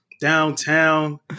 downtown